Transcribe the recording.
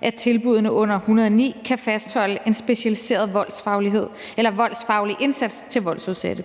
at tilbuddene under § 109 kan fastholde en specialiseret voldsfaglig indsats til voldsudsatte.